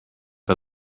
der